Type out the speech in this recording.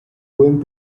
going